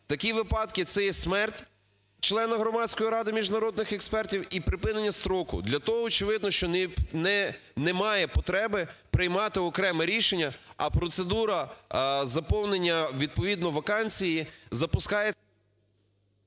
Такі випадки це є смерть члена громадської ради міжнародних експертів і припинення строку для того, очевидно, що немає потреби приймати окреме рішення, а процедура заповнення відповідно вакансії запускає…